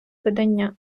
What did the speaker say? видання